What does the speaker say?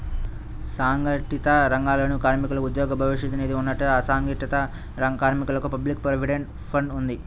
సంఘటిత రంగాలలోని కార్మికులకు ఉద్యోగ భవిష్య నిధి ఉన్నట్టే, అసంఘటిత కార్మికులకు పబ్లిక్ ప్రావిడెంట్ ఫండ్ ఉంది